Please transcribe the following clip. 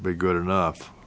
were good enough